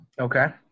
Okay